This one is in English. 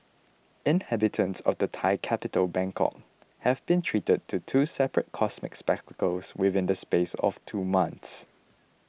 inhabitants of the Thai capital Bangkok have been treated to two separate cosmic spectacles within the space of two months